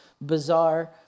bizarre